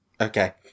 okay